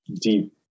deep